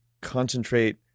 concentrate